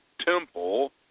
temple